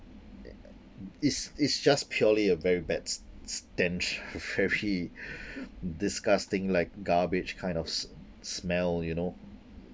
is is just purely a very bad s~ stench very disgusting like garbage kind of s~ smell you know